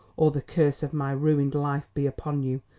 or the curse of my ruined life be upon you.